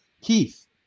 Keith